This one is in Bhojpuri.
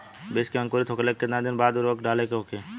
बिज के अंकुरित होखेला के कितना दिन बाद उर्वरक डाले के होखि?